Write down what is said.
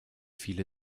viele